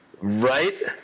right